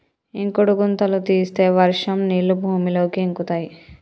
ఇంకుడు గుంతలు తీస్తే వర్షం నీళ్లు భూమిలోకి ఇంకుతయ్